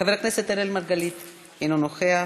חבר הכנסת אראל מרגלית, אינו נוכח.